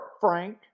Frank